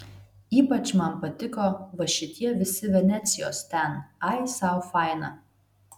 ypač man patiko va šitie visi venecijos ten ai sau faina